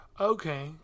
Okay